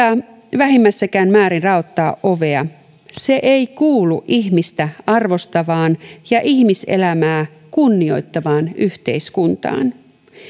saa vähimmässäkään määrin raottaa ovea se ei kuulu ihmistä arvostavaan ja ihmiselämää kunnioittavaan yhteiskuntaan